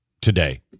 today